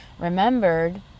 remembered